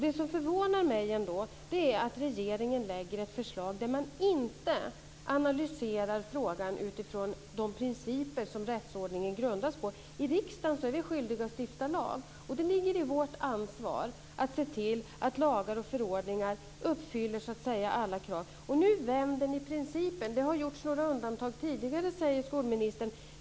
Det som förvånar mig är att regeringen lägger fram ett förslag där man inte analyserar frågan utifrån de principer som rättsordningen grundas på. I riksdagen är vi skyldiga att stifta lagar, och det ligger i vårt ansvar att se till att lagar och förordningar uppfyller alla krav. Och nu vänder ni principen. Det har gjorts några undantag tidigare, säger skolministern.